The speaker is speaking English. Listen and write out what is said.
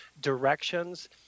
directions